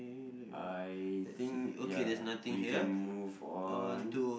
I think ya we can move on